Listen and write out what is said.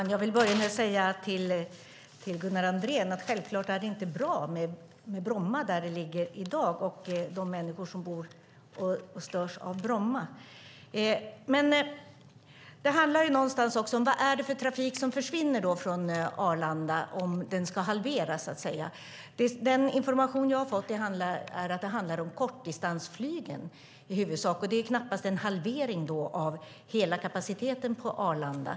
Herr talman! Jag vill först säga till Gunnar Andrén att det självklart inte är bra med Bromma flygplats där den ligger i dag för de människor som bor där och störs. Vilken trafik är det som försvinner från Arlanda om den ska halveras? Den information jag har fått säger att det i huvudsak handlar om kortdistansflygen. Det innebär knappast en halvering av hela kapaciteten på Arlanda.